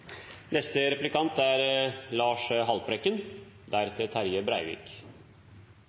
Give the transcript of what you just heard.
Neste replikant er